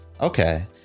Okay